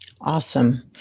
Awesome